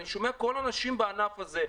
אני שומע את כל האנשים בענף הזה.